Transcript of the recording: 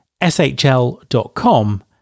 shl.com